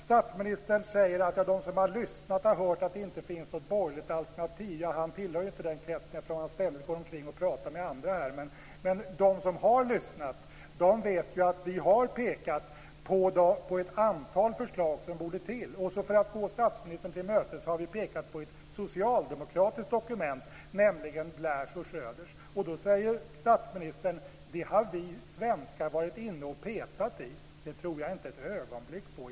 Statsministern säger att de som har lyssnat har hört att det inte finns något borgerligt alternativ. Han tillhör inte den kretsen, eftersom han ständigt går omkring och pratar med andra här. Men de som har lyssnat vet att vi har pekat på ett antal förslag som borde till. För att gå statsministern till mötes har vi pekat på ett socialdemokratiskt dokument, nämligen Blairs och Schröders. Då säger statsministern att vi svenskar har varit inne och petat i det. Det tror jag inte ett ögonblick på.